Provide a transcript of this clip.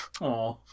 Aw